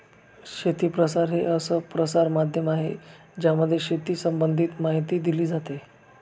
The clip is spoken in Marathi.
शेती प्रसार हे असं प्रसार माध्यम आहे ज्यामध्ये शेती संबंधित माहिती दिली जाते